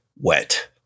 wet